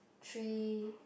three